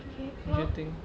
getting